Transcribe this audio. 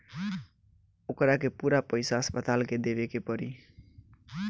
ओकरा के पूरा पईसा अस्पताल के देवे के पड़ी